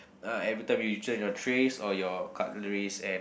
uh everytime you return your trays or your cutleries and